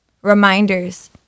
reminders